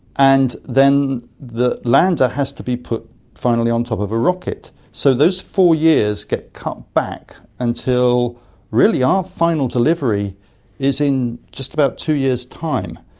and then the lander has to be put finally on top of a rocket. so those four years get cut back until really our final delivery is in just about two years time.